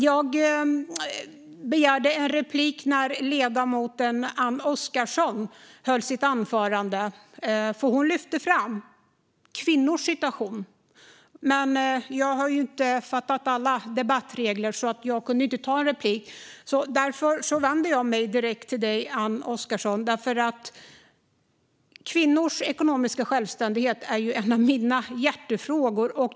Jag begärde replik när ledamoten Anne Oskarsson höll sitt anförande, där hon lyfte fram kvinnors situation. Men jag har inte fattat alla debattregler. Det visade sig att jag inte kunde begära replik. Därför vänder jag mig nu direkt till dig, Anne Oskarsson. Kvinnors ekonomiska självständighet är en av mina hjärtefrågor.